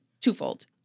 twofold